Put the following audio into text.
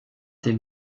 den